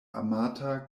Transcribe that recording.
amata